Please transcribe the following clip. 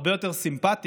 הרבה יותר סימפתית,